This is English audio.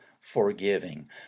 forgiving